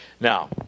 Now